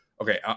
Okay